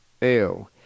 Ew